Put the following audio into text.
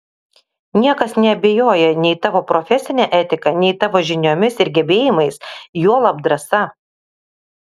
niekas neabejoja nei tavo profesine etika nei tavo žiniomis ir gebėjimais juolab drąsa